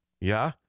Yeah